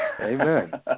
Amen